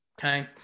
Okay